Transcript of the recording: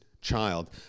child